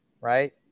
Right